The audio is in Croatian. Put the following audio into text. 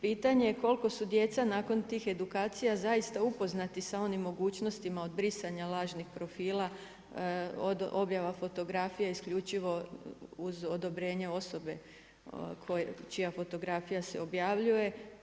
Pitanje je koliko su djeca nakon tih edukacija zaista upoznati sa onim mogućnostima od brisanja lažnih profila, od objava fotografija isključivo uz odobrenje osobe čija fotografija se objavljuje.